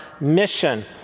mission